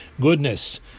goodness